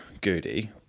Goody